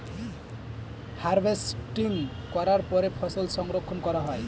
harvesting করার পরে ফসল সংরক্ষণ করা হয়